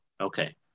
Okay